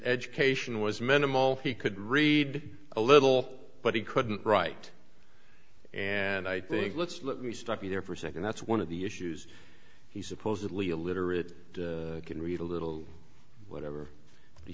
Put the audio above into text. education was minimal he could read a little but he couldn't write and i think let's let me stop you there for a second that's one of the issues he supposedly illiterate can read a little whatever